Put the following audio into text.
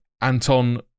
Anton